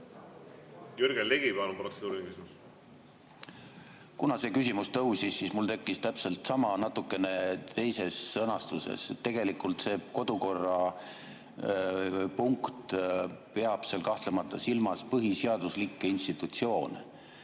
Kuna see küsimus tõusis, siis mul tekkis täpselt sama, aga natukene teises sõnastuses. Tegelikult see kodukorrapunkt peab kahtlemata silmas põhiseaduslikke institutsioone.